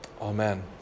Amen